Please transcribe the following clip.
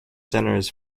centers